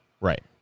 Right